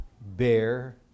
bear